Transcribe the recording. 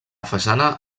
façana